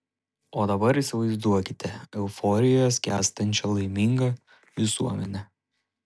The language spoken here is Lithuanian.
o dabar įsivaizduokite euforijoje skęstančią laimingą visuomenę